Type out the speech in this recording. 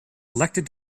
elected